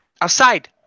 outside